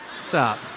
Stop